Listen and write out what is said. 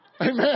Amen